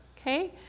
Okay